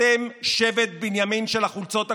אתם שבט בנימין של החולצות הכחולות.